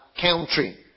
country